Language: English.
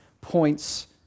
points